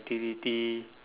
T_V T